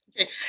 Okay